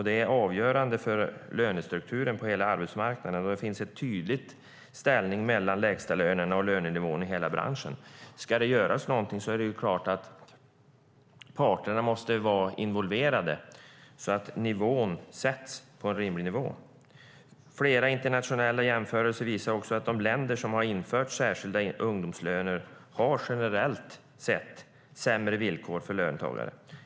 Det är avgörande för lönestrukturen på hela arbetsmarknaden. Det finns ett tydligt förhållande mellan lägstalönerna och lönenivån i hela branschen. Ska något göras måste parterna självklart vara involverade så att nivån som sätts blir rimlig. Flera internationella jämförelser visar att de länder som infört särskilda ungdomslöner generellt sett har sämre villkor för löntagare.